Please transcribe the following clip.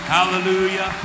Hallelujah